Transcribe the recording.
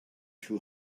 too